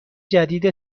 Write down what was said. جدید